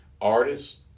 artists